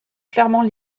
clairement